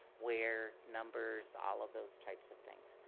where, numbers, all of those types of things.